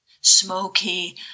smoky